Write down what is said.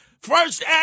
first